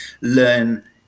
learn